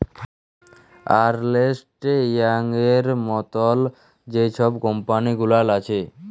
আর্লেস্ট ইয়াংয়ের মতল যে ছব কম্পালি গুলাল আছে